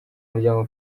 muryango